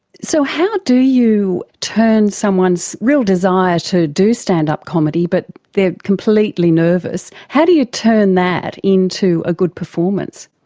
so how do you turn someone's real desire to do stand-up comedy but they are completely nervous, how do you turn that into a good performance?